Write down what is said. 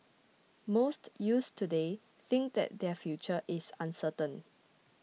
most youths today think that their future is uncertain